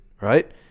right